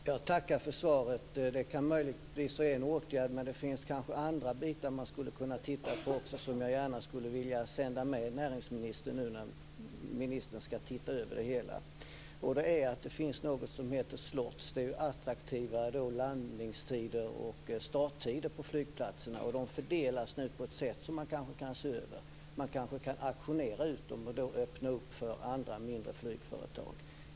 Fru talman! Jag tackar för svaret. Det som näringsministern nämner kan möjligtvis vara en åtgärd, men det finns kanske också andra bitar som man skulle kunna titta på och som jag gärna skulle vilja sända med näringsministern nu när ministern ska se över det här. Det finns ju något som heter slots. Det är attraktiva landnings och starttider på flygplatserna. De fördelas nu på ett sätt som man kan se över. Man kanske kan auktionera ut dem och då öppna upp för andra, mindre flygföretag.